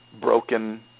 broken